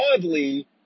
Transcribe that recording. broadly